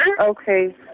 Okay